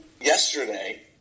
yesterday